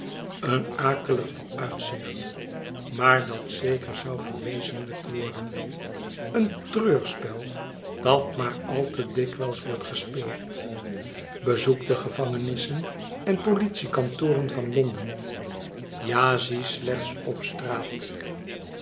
een akelig vooruitzicht maar dat zeker zou verwezeniijkt worden een treurspel dat maar al te dikwijls wordt gespeeld bezoek de gevangenissen en politiekantoren van londen ja zie sleehts op straat